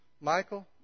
Michael